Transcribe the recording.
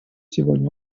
сегодня